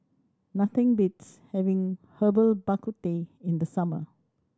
nothing beats having Herbal Bak Ku Teh in the summer